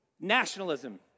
nationalism